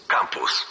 Campus